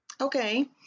Okay